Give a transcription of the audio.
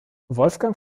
wolfgang